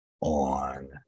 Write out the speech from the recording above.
on